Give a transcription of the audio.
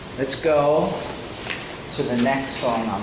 let's go to the next song on